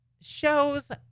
shows